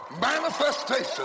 manifestation